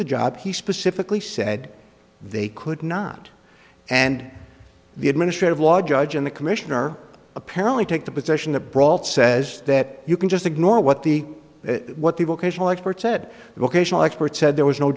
the job he specifically said they could not and the administrative law judge in the commissioner apparently took the position that brought says that you can just ignore what the what people creational experts said vocational expert said there was no